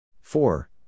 Four